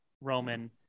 Roman